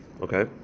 Okay